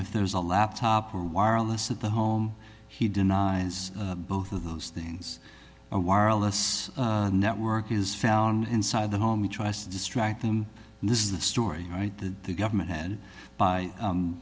if there's a laptop or wireless at the home he denies both of those things a wireless network is found inside the home he tries to distract them and this is the story right there the government and by